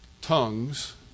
tongues